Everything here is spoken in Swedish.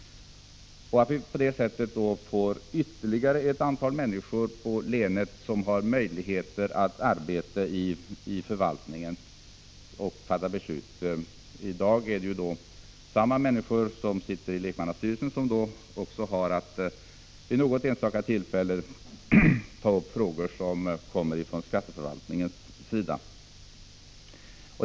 På det sättet får ytterligare ett antal människor i länet möjligheter att arbeta i förvaltningen och fatta beslut. I dag har samma människor som sitter i lekmannastyrelsen också att vid något enstaka tillfälle ta upp frågor som kommer ifrån skatteförvaltningen.